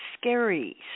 scary